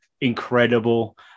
incredible